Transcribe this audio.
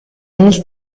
nel